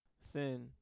sin